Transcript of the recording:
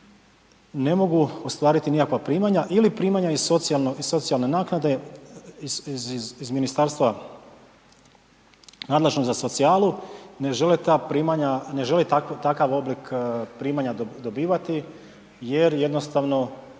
ne mogu ostvariti nikakva primanja ili primanja iz socijalne naknade iz ministarstva nadležnog za socijalu, na žele ta primanja, ne žele takav oblik primanja dobivati jer jednostavno